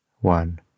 One